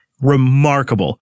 Remarkable